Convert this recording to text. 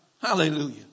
hallelujah